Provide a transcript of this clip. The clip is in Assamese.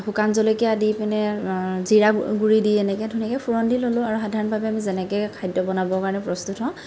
শুকান জলকীয়া দি পিনে জিৰা গো গুৰি দি এনেকৈ ধুনীয়াকৈ ফোৰণ দি ললোঁ আৰু সাধাৰণভাৱে আমি যেনেকৈ খাদ্য বনাবৰ কাৰণে প্ৰস্তুত হওঁ